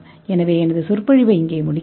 எனவே எனது சொற்பொழிவை இங்கே முடிக்கிறேன்